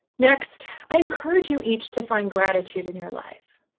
next, i encourage you each to find gratitude in your life.